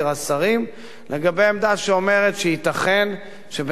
לגבי עמדה שאומרת שייתכן שבנסיבות מסוימות